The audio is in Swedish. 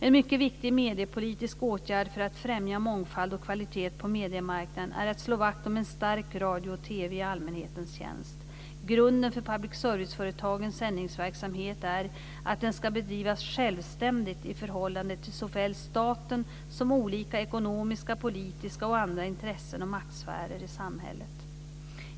En mycket viktig mediepolitisk åtgärd för att främja mångfald och kvalitet på mediemarknaden är att slå vakt om en stark radio och TV i allmänhetens tjänst. Grunden för public service-företagens sändningsverksamhet är att den ska bedrivas självständigt i förhållande till såväl staten som olika ekonomiska, politiska och andra intressen och maktsfärer i samhället.